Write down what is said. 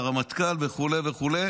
עם הרמטכ"ל וכו' וכו'.